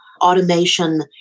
automation